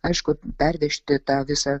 aišku pervežti tą visą